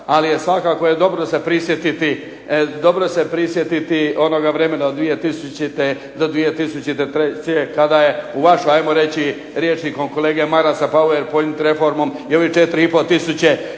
Ali se je svakako dobro prisjetiti onoga vremena od 2000. do 2003. kada je u vaš ajmo reći rječnikom kolege Marasa Pover Point reformom i ovih 4,5 tisuće